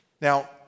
Now